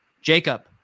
jacob